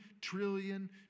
trillion